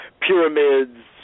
pyramids